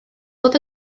fod